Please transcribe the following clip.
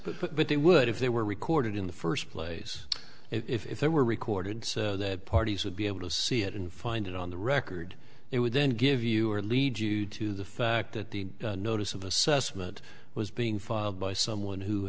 assessments but they would if they were recorded in the first place if they were recorded so that parties would be able to see it and find it on the record it would then give you or lead you to the fact that the notice of assessment was being filed by someone who